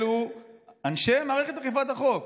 אלו אנשי מערכת אכיפת החוק,